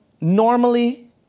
normally